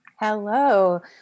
Hello